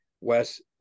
Wes